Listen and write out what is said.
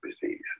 disease